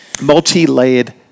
Multi-layered